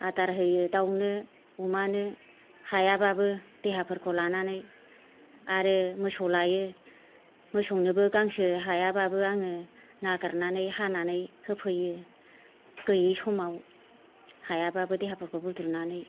आदार होयो दाउनो अमानो हायाबाबो देहाफोरखौ लानानै आरो मोसौ लायो मोसौनोबो गांसो हायाबाबो आङो नागिरनानै हानानै होफैयो गैयि समाव हायाबाबो देहाफोरखौ बुद्रुनानै